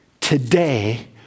today